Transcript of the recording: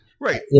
right